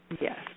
Yes